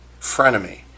frenemy